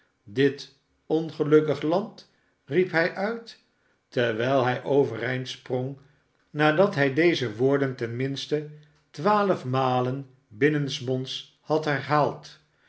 dit ongelukkig land riep hij uit terwijl hij overeindsprong nadat hij deze woorden ten minste twaalf malen binnensmonds had herhaald